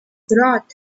brought